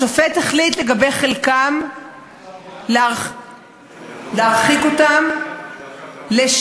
השופט החליט לגבי חלקם להרחיק אותם לשנה,